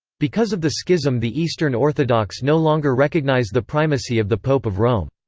because of the schism the eastern orthodox no longer recognize the primacy of the pope of rome.